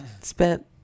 spent